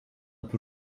peu